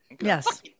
Yes